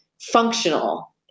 functional